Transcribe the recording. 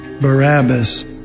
Barabbas